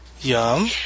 Yum